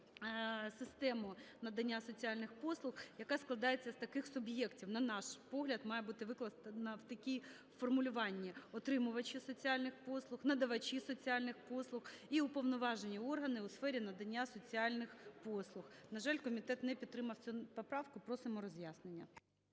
систему надання соціальних послуг, яка складається з таких суб'єктів. На наш погляд, має бути викладена в такому формулюванні: "Отримувачі соціальних послуг, надавачі соціальних послуг і уповноважені органи у сфері надання соціальних послуг". На жаль, комітет не підтримав цю поправку, просимо роз'яснення.